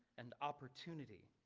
and opportunity.